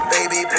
Baby